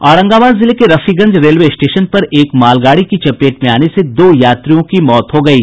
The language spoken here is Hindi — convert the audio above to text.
औरंगाबाद जिले के रफीगंज रेलवे स्टेशन पर एक मालगाड़ी की चपेट में आने से दो यात्रियों की मौत हो गयी